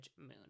moon